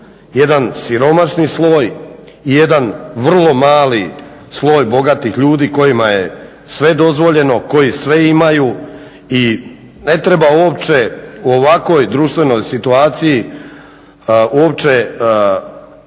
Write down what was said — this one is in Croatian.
jedan siromašni sloj i jedan vrlo mali sloj bogatih ljudi kojima je sve dozvoljeno, koji sve imaju i ne treba uopće u ovakvoj društvenoj situaciji opće